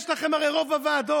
יש לכם הרי רוב בוועדות.